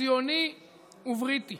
ציוני ובריטי.